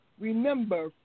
Remember